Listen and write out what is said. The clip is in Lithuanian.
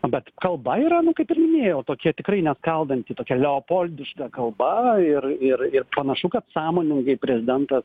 bet kalba yra nu kaip ir minėjau tokia tikrai ne skaldanti tokia leopoldiška kalba ir ir ir panašu kad sąmoningai prezidentas